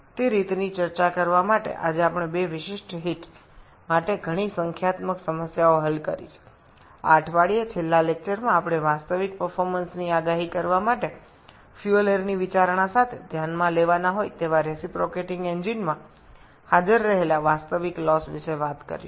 পরবর্তী আলোচনায় যা এই সপ্তাহের শেষ আলোচনা হতে চলেছে আমরা প্রকৃত ক্ষয় সম্পর্কে আলোচনা করব যেটা যা প্রকৃত কর্মক্ষমতার পূর্বাভাস দেওয়ার জন্য জ্বালানী বায়ু বিবেচনার পাশাপাশি আমাদের বিবেচনা করতে হবে যা রিসিপোক্রেটিং ইঞ্জিনে উপস্থিত হতে পারে